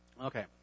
Okay